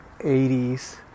80s